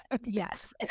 Yes